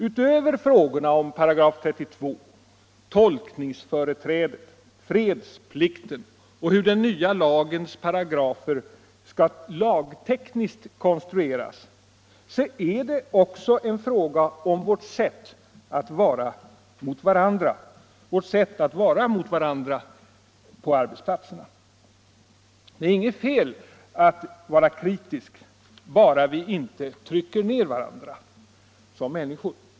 Utöver frågorna om § 32, tolkningsföreträdet, fredsplikten och hur den nya lagens paragrafer skall lagtekniskt konstrueras så är det också en fråga om vårt sätt att vara mot varandra på arbetsplatsen. Det 119 är inte fel att vara kritisk bara vi inte trycker ner varandra som människor.